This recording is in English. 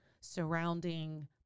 surrounding